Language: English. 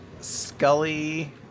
Scully